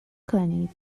کنید